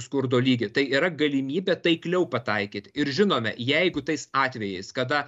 skurdo lygį tai yra galimybė taikliau pataikyt ir žinome jeigu tais atvejais kada